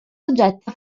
soggetta